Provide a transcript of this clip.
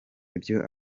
ibyo